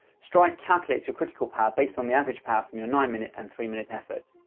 stryd calculates your critical power based on the average power from your nine minute and three minute effort.